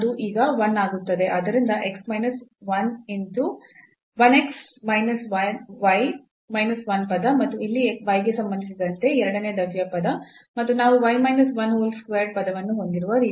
ಆದ್ದರಿಂದ x minus 1 x minus y minus 1 ಪದ ಮತ್ತು ಇಲ್ಲಿ y ಗೆ ಸಂಬಂಧಿಸಿದಂತೆ ಎರಡನೇ ದರ್ಜೆಯ ಪದ ಮತ್ತು ನಾವು y minus 1 whole squared ಪದವನ್ನು ಹೊಂದಿರುವ ರೀತಿಯಲ್ಲಿ